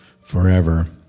forever